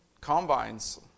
combines